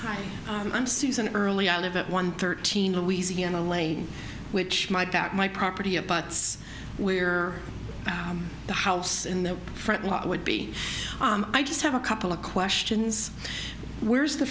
hi i'm susan early i live at one thirteen louisiana lane which my back my property of butts where the house in the front lot would be i just have a couple of questions where's the